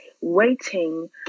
waiting